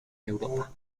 europa